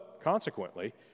consequently